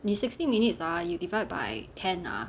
你 sixty minutes ah you divide by ten ah